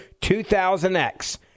2000x